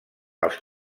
els